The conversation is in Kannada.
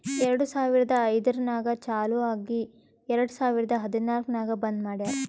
ಎರಡು ಸಾವಿರದ ಐಯ್ದರ್ನಾಗ್ ಚಾಲು ಆಗಿ ಎರೆಡ್ ಸಾವಿರದ ಹದನಾಲ್ಕ್ ನಾಗ್ ಬಂದ್ ಮಾಡ್ಯಾರ್